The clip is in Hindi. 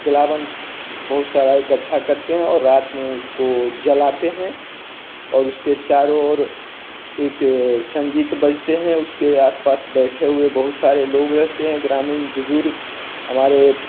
जलावन बहुत सारा इकट्ठा करते हैं और रात में उसको जलाते हैं और उसके चारों ओर एक संगीत बजते है उसके आसपास बैठे हुए बहुत सारे लोग रहते हैं ग्रामीण बुजुर्ग हमारे